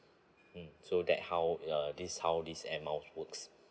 mm so that how uh this how this Air Miles works